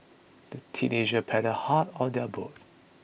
the teenagers paddled hard on their boat